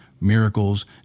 miracles